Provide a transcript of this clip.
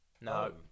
No